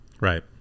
Right